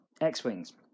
X-Wings